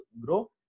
grow